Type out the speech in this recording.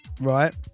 Right